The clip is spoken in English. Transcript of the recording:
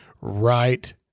right